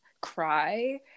cry